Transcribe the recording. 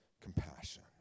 compassion